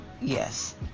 yes